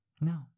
No